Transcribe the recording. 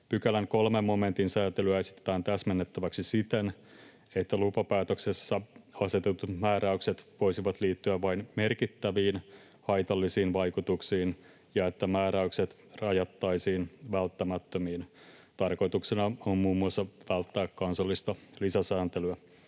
Pykälän 3 momentin sääntelyä esitetään täsmennettäväksi siten, että lupapäätöksessä asetetut määräykset voisivat liittyä vain merkittäviin haitallisiin vaikutuksiin ja että määräykset rajattaisiin välttämättömiin. Tarkoituksena on muun muassa välttää kansallista lisäsääntelyä.